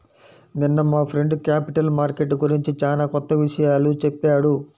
నిన్న మా friend capital market గురించి చానా కొత్త విషయాలు చెప్పాడు